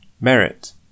merit